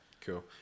Cool